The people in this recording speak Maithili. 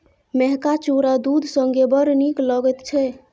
मेहका चुरा दूध संगे बड़ नीक लगैत छै